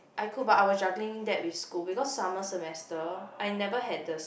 I could but I was juggling that with school because summer semester I never had the